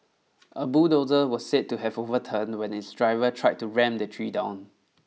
a bulldozer was said to have overturned when its driver tried to ram the tree down